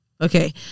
Okay